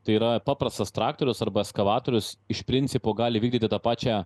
tai yra paprastas traktorius arba ekskavatorius iš principo gali vykdyti tą pačią